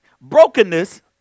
Brokenness